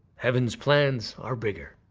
heaven's plans are bigger.